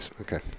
Okay